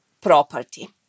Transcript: property